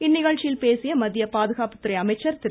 இந்நிகழ்ச்சியில் பேசிய மத்திய பாதுகாப்புத்துறை அமைச்சர் திரு